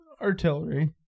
artillery